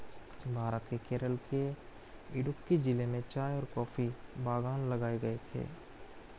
भारत के केरल के इडुक्की जिले में चाय और कॉफी बागान लगाए गए थे